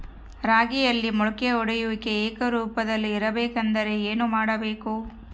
ರಾಗಿಯಲ್ಲಿ ಮೊಳಕೆ ಒಡೆಯುವಿಕೆ ಏಕರೂಪದಲ್ಲಿ ಇರಬೇಕೆಂದರೆ ಏನು ಮಾಡಬೇಕು?